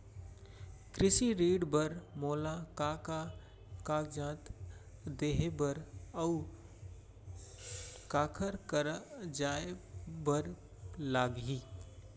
कृषि ऋण बर मोला का का कागजात देहे बर, अऊ काखर करा जाए बर लागही?